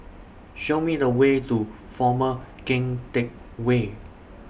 Show Me The Way to Former Keng Teck Whay